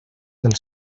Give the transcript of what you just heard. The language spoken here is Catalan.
del